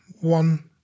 one